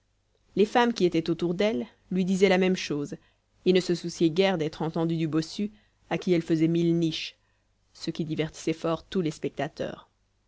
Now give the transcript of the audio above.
les femmes qui étaient autour d'elle lui disaient la même chose et ne se souciaient guère d'être entendues du bossu à qui elles faisaient mille niches ce qui divertissait fort tous les spectateurs